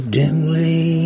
dimly